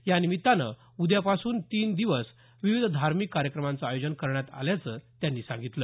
यानिमित्तानं उद्यापासून तीन दिवस विविध धार्मिक कार्यक्रमांचं आयोजन करण्यात आल्याचं ते म्हणाले